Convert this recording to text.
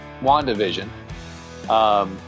WandaVision